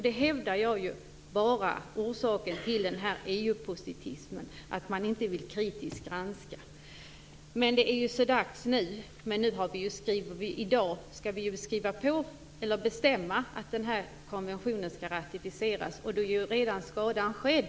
Det är orsaken till EU positivismen och att inte vilja göra en kritisk granskning. Det är så dags nu. I dag skall vi bestämma att konventionen ratificeras. Skadan är redan skedd.